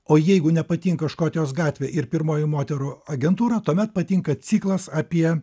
o jeigu nepatinka škotijos gatvė ir pirmoji moterų agentūra tuomet patinka ciklas apie